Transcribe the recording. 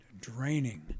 draining